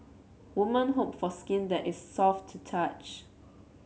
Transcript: woman hope for skin that is soft to touch